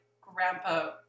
grandpa